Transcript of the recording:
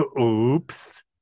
Oops